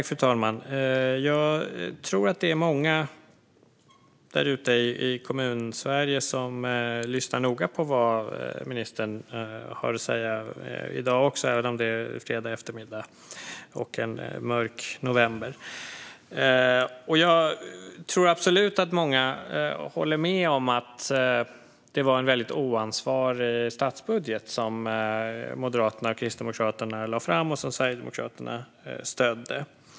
Fru talman! Jag tror att det är många där ute i Kommunsverige som lyssnar noga på vad ministern har att säga också i dag, även om det är fredag eftermiddag och mörk november. Jag tror absolut att många håller med om att det var en väldigt oansvarig statsbudget som Moderaterna och Kristdemokraterna lade fram och som Sverigedemokraterna stödde.